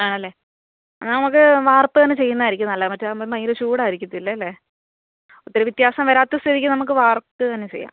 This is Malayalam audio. ആണല്ലേ നമുക്ക് വാർത്ത് തന്നെ ചെയ്യുന്നതായിരിക്കും നല്ലത് മറ്റേതാവുമ്പം ഭയങ്കര ചൂടായിരിക്കത്തില്ലല്ലേ ഒത്തിരി വ്യത്യാസം വരാത്ത സ്ഥിതിക്ക് നമുക്ക് വാർത്ത് തന്നെ ചെയ്യാം